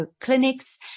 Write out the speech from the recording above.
clinics